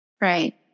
Right